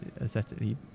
aesthetically